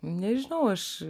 nežinau aš